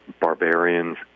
barbarians